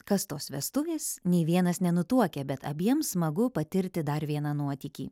kas tos vestuvės nei vienas nenutuokia bet abiem smagu patirti dar vieną nuotykį